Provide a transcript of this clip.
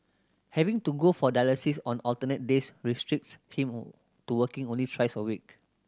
having to go for dialysis on alternate days restricts him to working only thrice a week